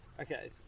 Okay